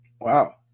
Wow